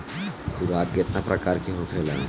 खुराक केतना प्रकार के होखेला?